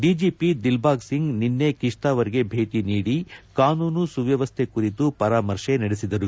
DGP Dilbag Singh ನಿನ್ನೆ ಕಿಶ್ತಾವಾರ್ಗೆ ಭೇಟಿ ನೀಡಿ ಕಾನೂನು ಸುವ್ಯವಸ್ಥೆ ಕುರಿತು ಪರಾಮರ್ತೆ ನಡೆಸಿದ್ದಾರೆ